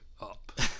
up